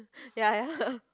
ya ya